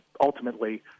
ultimately